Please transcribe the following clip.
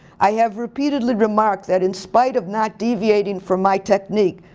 i have repeatedly remarked that in spite of not deviating from my technique,